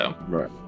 Right